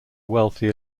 wealthy